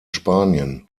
spanien